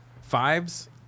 Fives